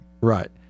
Right